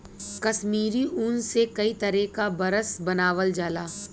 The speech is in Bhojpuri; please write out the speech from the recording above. कसमीरी ऊन से कई तरे क बरस बनावल जाला